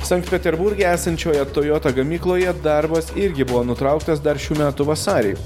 sankt peterburge esančioje toyota gamykloje darbas irgi buvo nutrauktas dar šių metų vasarį